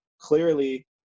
clearly